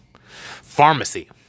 pharmacy